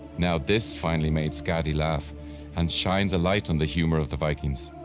now this finally made skadi laugh and shines a light on the humor of the vikings.